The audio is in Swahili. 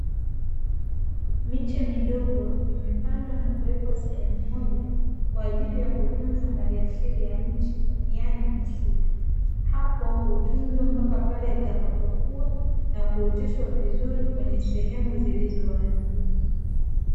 Miche midogo imepandwa na kuwekwa sehemu moja, kwa ajili ya kutunza mali asili ya nchi yani misitu hapo hutunzwa hadi pale itakapo kuwa na kuotesha vizuri kwenye sehemu zilizowazi.